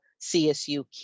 CSU